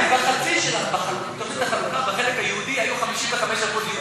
בחלק היהודי היו 55% יהודים,